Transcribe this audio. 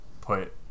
put